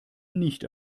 nicht